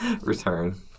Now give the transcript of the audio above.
Return